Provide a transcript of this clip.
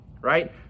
right